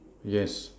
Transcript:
yes